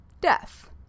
death